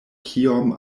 kiom